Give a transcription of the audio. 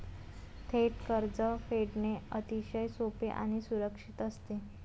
थेट कर्ज फेडणे अतिशय सोपे आणि सुरक्षित असते